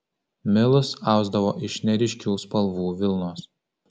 milus ausdavo iš neryškių spalvų vilnos